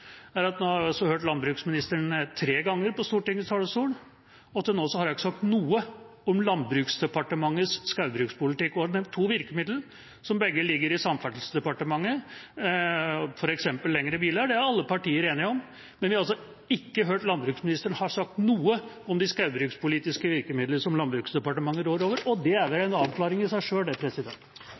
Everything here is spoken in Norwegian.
at jeg tre ganger har hørt landbruksministeren på Stortingets talerstol, og til nå har hun ikke sagt noe om Landbruksdepartementets skogbrukspolitikk. Hun har nevnt to virkemidler, som begge ligger i Samferdselsdepartementet, f.eks. lengre biler. Det er alle partier enige om. Men vi har altså ikke hørt at landbruksministeren har sagt noe om de skogbrukspolitiske virkemidlene som Landbruksdepartementet rår over, og det er vel en avklaring i seg sjøl, det.